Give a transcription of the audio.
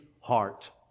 heart